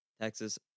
Texas